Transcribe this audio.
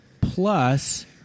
Plus